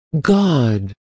God